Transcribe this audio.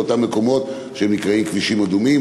לאותם מקומות שנקראים כבישים אדומים,